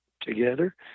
together